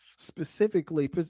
specifically